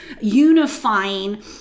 unifying